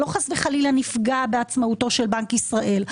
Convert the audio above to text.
לא חס וחלילה נפגע בעצמאותו של בנק ישראל.